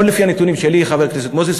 לא לפי הנתונים שלי, חבר הכנסת מוזס.